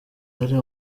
yari